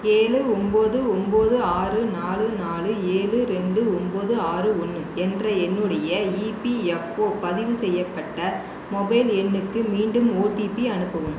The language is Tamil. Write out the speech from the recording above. ஏழு ஒம்பது ஒம்பது ஆறு நாலு நாலு ஏழு ரெண்டு ஒம்பது ஆறு ஒன்று என்ற என்னுடைய இபிஎஃப்ஒ பதிவு செய்யப்பட்ட மொபைல் எண்ணுக்கு மீண்டும் ஓடிபி அனுப்பவும்